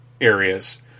areas